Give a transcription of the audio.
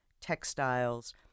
textiles